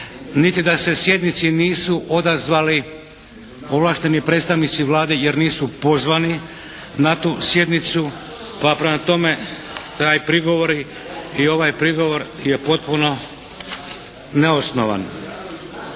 niti da se sjednici nisu odazvali ovlašteni predstavnici Vlade jer nisu pozvani na tu sjednicu, pa prema tome taj prigovor i ovaj prigovor je potpuno neosnovan.